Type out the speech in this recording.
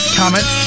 comment